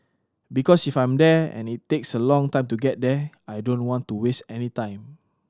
because if I'm there and it takes a long time to get there I don't want to waste any time